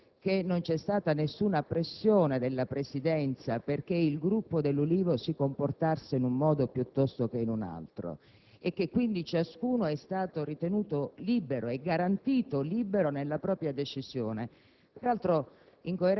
fatto che non c'è stata alcuna pressione della Presidenza perché il Gruppo dell'Ulivo si comportasse in un modo piuttosto che in un altro, e che quindi ciascuno è stato ritenuto e garantito libero nella propria decisione.